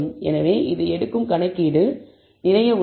எனவே இது எடுக்கும் கணக்கீடு நிறைய உள்ளது